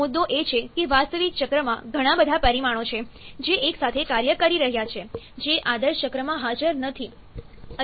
મુદ્દો એ છે કે વાસ્તવિક ચક્રમાં ઘણા બધા પરિમાણો છે જે એકસાથે કાર્ય કરી રહ્યા છે જે આદર્શ ચક્રમાં હાજર નથી